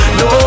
no